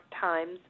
Times